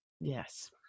Yes